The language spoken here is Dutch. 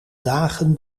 dagen